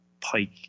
Pike